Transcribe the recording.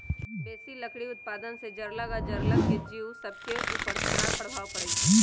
बेशी लकड़ी उत्पादन से जङगल आऽ जङ्गल के जिउ सभके उपर खड़ाप प्रभाव पड़इ छै